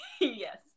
Yes